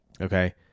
Okay